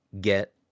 get